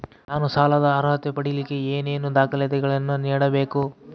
ನಾನು ಸಾಲದ ಅರ್ಹತೆ ಪಡಿಲಿಕ್ಕೆ ಏನೇನು ದಾಖಲೆಗಳನ್ನ ನೇಡಬೇಕು?